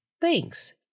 thanks